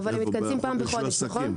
אבל הם מתכנסים פעם בחודש, נכון?